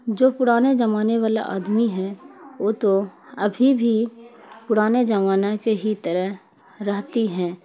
جو پرانے زمانے والا آدمی ہے وہ تو ابھی بھی پرانے زمانہ کے ہی طرح رہتی ہیں